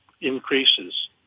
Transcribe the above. increases